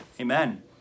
amen